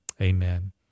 Amen